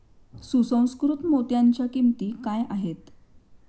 सुसंस्कृत मोत्यांच्या किंमती काय आहेत